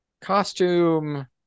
costume